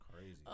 crazy